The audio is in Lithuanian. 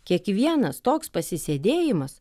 kiekvienas toks pasisėdėjimas